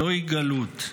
זוהי גלות,